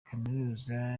kaminuza